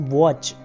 watch